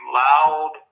loud